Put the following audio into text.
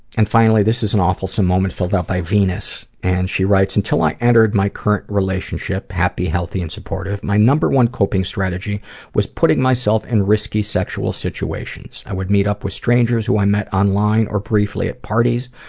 and finally this is an awefulsome moment filled out by venus. and she writes, until i entered my current relationship, happy, healthy and supportive, my number one coping strategy was putting myself in risking sexual situations. i would meet up with strangers who i met online or briefly at parties,